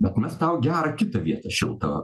bet mes tau gerą kitą vietą šiltą